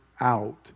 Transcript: out